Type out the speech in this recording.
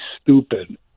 stupid